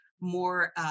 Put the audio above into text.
more